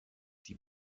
die